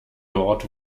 dort